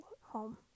home